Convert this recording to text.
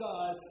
God